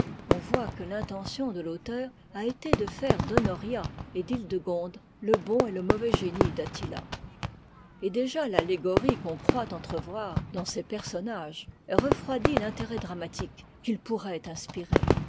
on voit que l'intention de l'auteur a été de faire d'honoria et d'hildegonde le bon et le mauvais génie d'attila et déjà l'allégorie qu'on croit entrevoir dans ces personnages refroidit l'intérêt dramatique qu'ils pourraient inspirer